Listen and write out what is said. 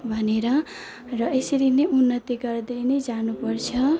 भनेर र यसरी नै उन्नति गर्दै नै जानुपर्छ